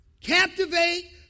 Captivate